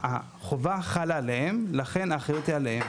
החובה חלה עליהם, לכן האחריות היא עליהם.